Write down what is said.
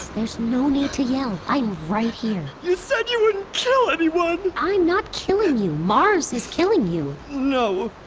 there's no need to yell. i'm right here you said you wouldn't kill anyone i'm not killing you, mars is killing you no.